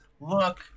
look